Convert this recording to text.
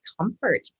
comfort